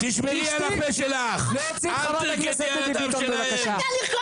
תשתי להוציא את חברת הכנסת דבי ביטון בבקשה.